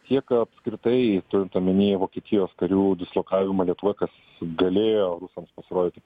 tiek apskritai turint omeny vokietijos karių dislokavimą lietuvoj kas galėjo rusams pasirodyti